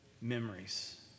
memories